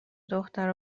دختر